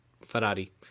Ferrari